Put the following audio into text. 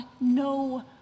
No